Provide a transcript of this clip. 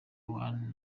one